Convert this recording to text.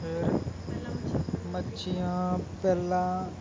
ਮੱਛੀਆਂ ਪਹਿਲਾਂ